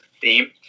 theme